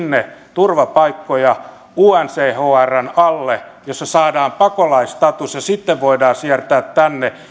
turvapaikkoja sinne unhcrn alle jossa saadaan pakolaisstatus ja sitten voidaan siirtää tänne